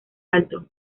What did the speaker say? alto